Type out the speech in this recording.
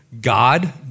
God